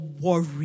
worry